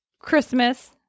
Christmas